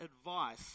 advice